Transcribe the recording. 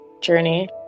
journey